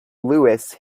louis